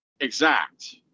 exact